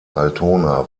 altona